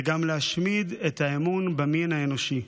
זה גם להשמיד את האמון במין האנושי.